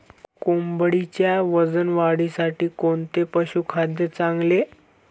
कोंबडीच्या वजन वाढीसाठी कोणते पशुखाद्य चांगले?